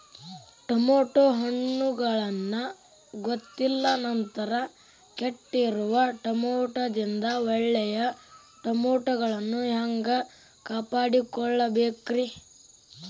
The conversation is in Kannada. ಟಮಾಟೋ ಹಣ್ಣುಗಳನ್ನ ಗೊತ್ತಿಲ್ಲ ನಂತರ ಕೆಟ್ಟಿರುವ ಟಮಾಟೊದಿಂದ ಒಳ್ಳೆಯ ಟಮಾಟೊಗಳನ್ನು ಹ್ಯಾಂಗ ಕಾಪಾಡಿಕೊಳ್ಳಬೇಕರೇ?